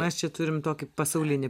mes čia turim tokį pasaulinį